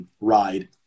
ride